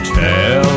tell